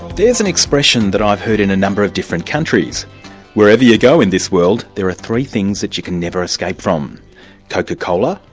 there's an expression that i've heard in a number of different countries wherever you go in this world there are three things you can never escape from coca cola,